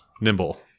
Nimble